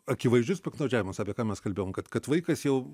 akivaizdžius piktnaudžiavimus apie ką mes kalbėjom kad kad vaikas jau